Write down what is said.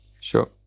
Sure